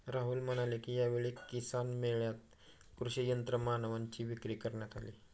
राहुल म्हणाले की, यावेळी किसान मेळ्यात कृषी यंत्रमानवांची विक्री करण्यात आली